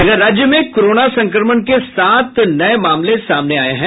इधर राज्य में कोरोना संक्रमण के सात नये मामले सामने आये हैं